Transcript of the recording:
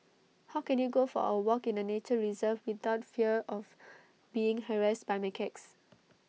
how can you go for A walk in A nature reserve without fear of being harassed by macaques